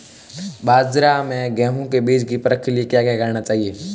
बाज़ार में गेहूँ के बीज की परख के लिए क्या करना चाहिए?